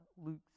Luke's